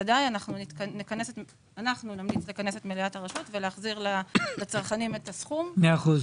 ודאי נמליץ לכנס את מליאת הרשות ולהחזיר לצרכנים את הסכום במידי.